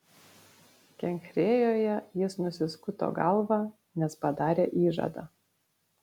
kenchrėjoje jis nusiskuto galvą nes padarė įžadą